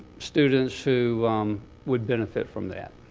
students who would benefit from that.